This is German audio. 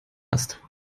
hast